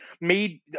made